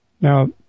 Now